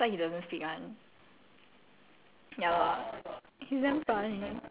but he 外面不讲话：wai mian bu jiang hua as in the doesn't oh shucks ya he outside he doesn't speak [one]